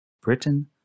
Britain